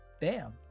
Bam